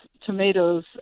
tomatoes